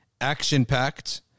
action-packed